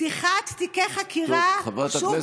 פתיחת תיקי חקירה, טוב, חברת הכנסת סטרוק.